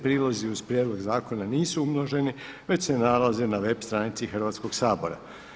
Prilozi uz prijedlog zakona nisu umnoženi već se nalaze na web stranici Hrvatskog sabora.